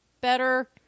better